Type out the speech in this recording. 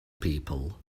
people